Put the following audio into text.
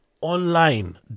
online